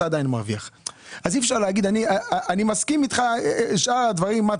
לא מודעים לזה שיש להם שכר דירה שהוא